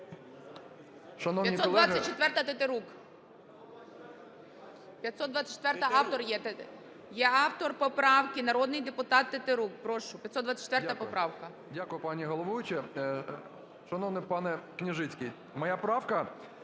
Дякую, дякую, пані головуюча. Шановний панеКняжицький, моя правка,